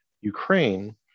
Ukraine